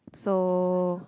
so